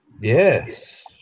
Yes